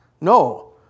No